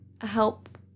help